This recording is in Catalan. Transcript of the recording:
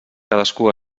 cadascú